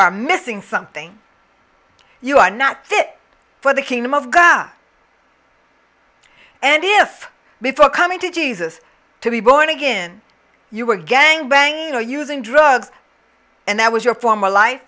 are missing something you are not fit for the kingdom of god and if before coming to jesus to be born again you were gangbanger using drugs and that was your former life